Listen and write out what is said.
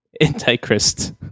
Antichrist